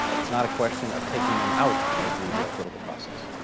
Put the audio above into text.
it's not a question of taking them out of the political process.